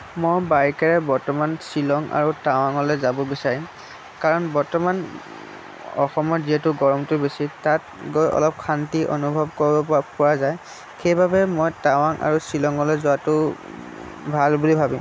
মই বাইকেৰে বৰ্তমান শ্বিলং আৰু টাৱাঙলৈ যাব বিচাৰিম কাৰণ বৰ্তমান অসমত যিহেতু গৰমটো বেছি তাত গৈ অলপ শান্তি অনুভৱ কৰিব পৰা পৰা যায় সেইবাবে মই টাৱাং আৰু শ্বিলঙলৈ যোৱাতো ভাল বুলি ভাবিম